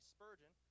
Spurgeon